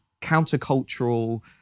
countercultural